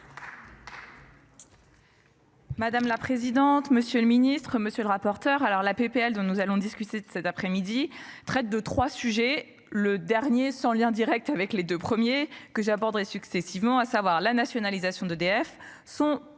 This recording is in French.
Madame la présidente, monsieur le ministre, monsieur le rapporteur. Alors la PPL dont nous allons discuter de cet après-midi traite de 3 sujets, le dernier sans lien Direct avec les deux premiers que j'aborderai successivement à savoir la nationalisation d'EDF sont